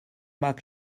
marc